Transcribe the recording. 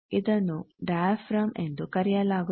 ಇದನ್ನು ಡಯಾಫ್ರಾಮ್ ಎಂದು ಕರೆಯಲಾಗುತ್ತದೆ